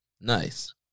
nice